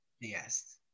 Yes